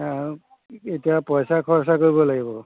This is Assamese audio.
এতিয়া পইচা খৰচা কৰিব লাগিব